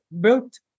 built